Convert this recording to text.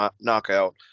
Knockout